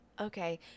Okay